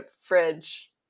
fridge